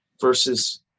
versus